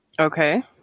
Okay